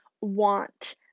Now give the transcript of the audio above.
want